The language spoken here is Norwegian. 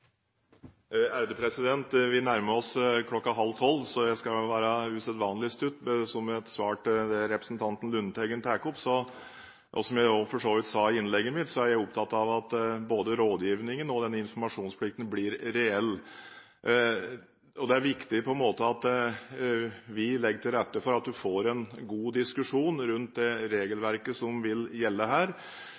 det ikke. Vi nærmer oss kl. 11.30, så jeg skal være usedvanlig kort. Som et svar til det representanten Lundteigen tar opp, og som jeg også for så vidt sa i innlegget mitt, er jeg opptatt av at både rådgivningen og informasjonsplikten blir reell. Det er viktig at vi legger til rette for at man får en god diskusjon rundt det regelverket som vil gjelde her.